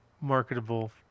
marketable